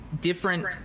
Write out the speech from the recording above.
different